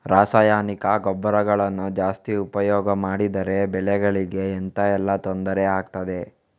ರಾಸಾಯನಿಕ ಗೊಬ್ಬರಗಳನ್ನು ಜಾಸ್ತಿ ಉಪಯೋಗ ಮಾಡಿದರೆ ಬೆಳೆಗಳಿಗೆ ಎಂತ ಎಲ್ಲಾ ತೊಂದ್ರೆ ಆಗ್ತದೆ?